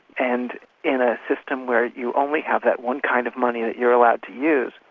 and in a system where you only have that one kind of money that you're allowed to use,